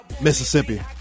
Mississippi